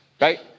right